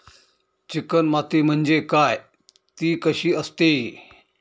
Chicken माती म्हणजे काय? ति कशी असते?